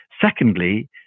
Secondly